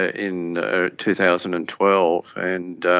ah in two thousand and twelve, and